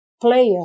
player